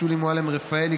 שולי מועלם-רפאלי,